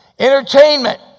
Entertainment